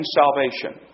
salvation